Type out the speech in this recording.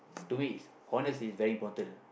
to me honest is very important ah